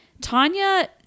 Tanya